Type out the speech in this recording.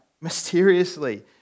mysteriously